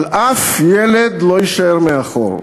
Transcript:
אבל אף ילד לא יישאר מאחור,